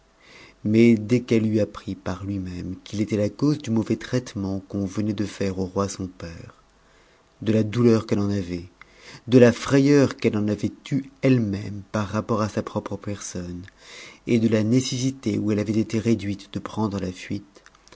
mais dès qu'elle eut appris par lui-même qu'il était la cause du mauvais traitement qu'on venait de faire au roi sou père de la douleur qu'elle en avait le a frayeur qu'elle en avait eue elle-même par rapport à sa propre personne et de la nécessité où elle avait été réduite de prendre la fuite